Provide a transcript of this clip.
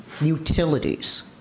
utilities